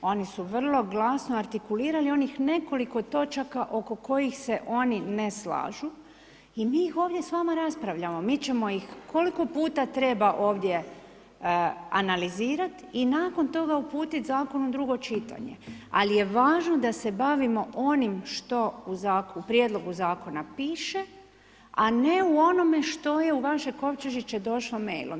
Oni su vrlo glasno artikulirali onih nekoliko točaka oko kojih se oni ne slažu i mi ih ovdje s vama raspravljamo, mi ćemo ih koliko puta treba ovdje analizirati i nakon toga uputiti zakon u drugo čitanje ali je važno da se bavimo onim što u prijedlogu zakona piše a ne u onome što je u vaše kovčežiće došlo mailom.